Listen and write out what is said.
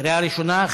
לקריאה ראשונה.